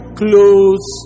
close